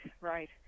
right